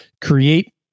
create